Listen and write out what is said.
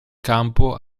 campo